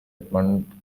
edmund